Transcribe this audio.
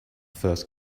first